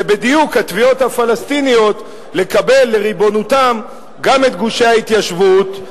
זה בדיוק התביעות הפלסטיניות לקבל לריבונותם גם את גושי ההתיישבות,